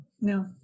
no